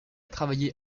travaillé